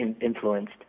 influenced